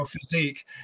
physique